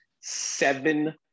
seven